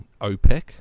OPEC